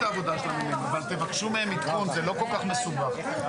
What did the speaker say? הישיבה ננעלה בשעה 11:06.